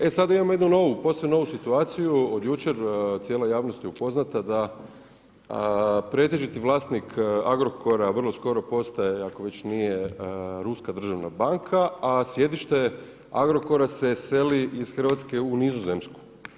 E sada imamo jednu novu, posve novu situaciju od jučer, cijela javnost je upoznata da pretežiti vlasnik Agrokora vrlo skoro postaje, ako već nije Ruska državna banka a sjedište Agrokora se seli iz Hrvatske u Nizozemsku.